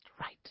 right